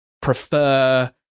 prefer